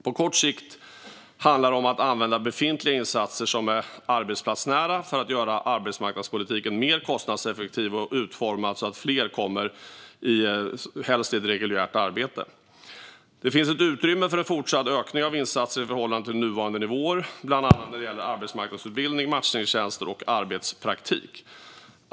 På kort sikt handlar det om att använda befintliga insatser som är arbetsplatsnära för att göra arbetsmarknadspolitiken mer kostnadseffektiv och utformad så att fler kommer i, helst ett reguljärt, arbete. Det finns ett utrymme för en fortsatt ökning av insatser i förhållande till nuvarande nivåer bland annat när det gäller arbetsmarknadsutbildning, matchningstjänster och arbetspraktik.